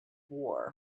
war